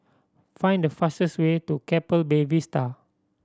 find the fastest way to Keppel Bay Vista